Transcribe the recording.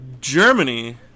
Germany